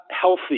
healthy